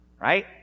Right